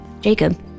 Jacob